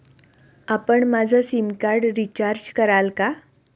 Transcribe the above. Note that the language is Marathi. आपण माझं सिमकार्ड रिचार्ज कराल का?